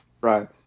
Right